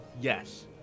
Yes